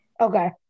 Okay